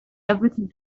everything